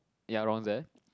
ya around there